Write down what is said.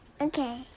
okay